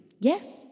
Yes